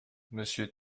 monsieur